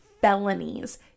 felonies